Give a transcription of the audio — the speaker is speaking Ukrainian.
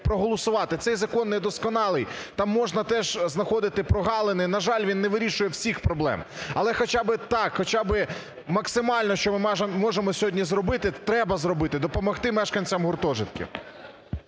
проголосувати. Цей закон не досконалий, там можна теж знаходити прогалини. На жаль, він не вирішує всіх проблема, але хоча би так, хоча би максимально, що ми можемо сьогодні зробити, треба зробити – допомогти мешканцям гуртожитків.